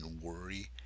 worry